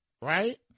right